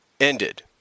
ended